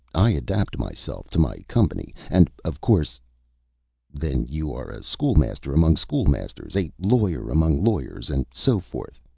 i adapt myself to my company, and of course then you are a school-master among school-masters, a lawyer among lawyers, and so forth?